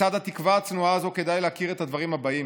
לצד התקווה הצנועה הזאת כדאי להכיר את הדברים האלה: